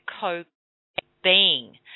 co-being